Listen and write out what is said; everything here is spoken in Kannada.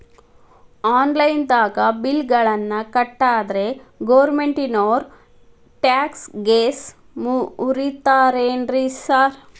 ಆನ್ಲೈನ್ ದಾಗ ಬಿಲ್ ಗಳನ್ನಾ ಕಟ್ಟದ್ರೆ ಗೋರ್ಮೆಂಟಿನೋರ್ ಟ್ಯಾಕ್ಸ್ ಗೇಸ್ ಮುರೇತಾರೆನ್ರಿ ಸಾರ್?